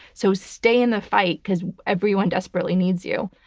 so stay in the fight because everyone desperately needs you.